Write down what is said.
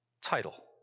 title